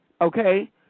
okay